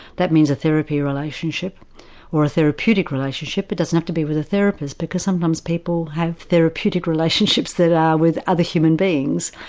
that means a therapy relationship or a therapeutic relationship, it doesn't have to be with the therapist because sometimes people have therapeutic relationships that are with other human beings,